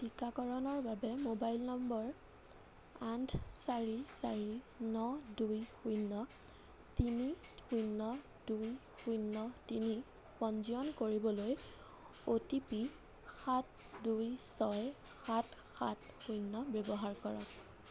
টিকাকৰণৰ বাবে mobile number আঠ চাৰি চাৰি ন দুই শূন্য তিনি শূন্য দুই শূন্য তিনি পঞ্জীয়ন কৰিবলৈ অ' টি পি সাত দুই ছয় সাত সাত শূন্য ব্যৱহাৰ কৰক